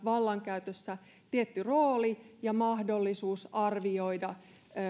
vallankäytössä tietty rooli ja mahdollisuus arvioida